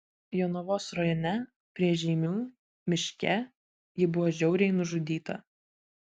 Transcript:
jonavos rajone prie žeimių miške ji buvo žiauriai nužudyta